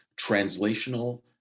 translational